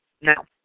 Now